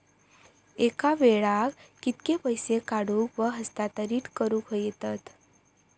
एका वेळाक कित्के पैसे काढूक व हस्तांतरित करूक येतत?